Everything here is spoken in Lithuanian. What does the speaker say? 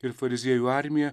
ir fariziejų armiją